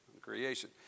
creation